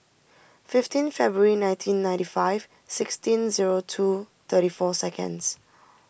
fifteen February nineteen ninety five sixteen zero two thirty four seconds